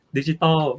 Digital